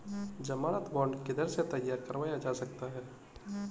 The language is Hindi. ज़मानत बॉन्ड किधर से तैयार करवाया जा सकता है?